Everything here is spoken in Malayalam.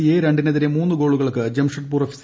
സിയെ രണ്ടിനെതിരെ മൂന്നു പ്രഗോളുകൾക്ക് ജംഷദ്പൂർ എഫ്